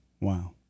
Wow